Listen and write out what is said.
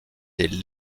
des